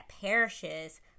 perishes